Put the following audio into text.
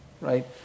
right